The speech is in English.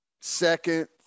second